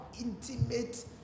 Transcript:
intimate